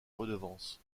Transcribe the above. redevances